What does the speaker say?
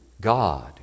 God